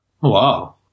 Wow